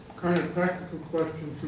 kind of practical question